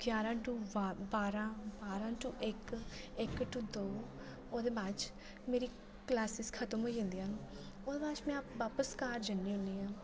ग्यारां टू बारां बारां टू इक इक टू दो ओह्दे बाच मेरी क्लॉसेज़ खत्म होई जंदियां न ओह्दे बाच में बापस घर ज'न्नी होनी आं